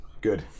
good